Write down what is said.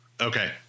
okay